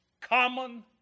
common